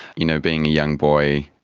you know, being a young boy,